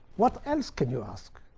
what else can you ask?